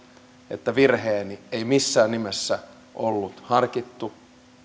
että virheeni ei missään nimessä ollut harkittu